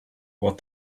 what